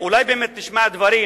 אולי באמת נשמע דברים,